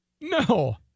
No